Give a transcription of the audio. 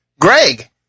Greg